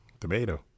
Tomato